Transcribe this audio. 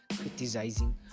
Criticizing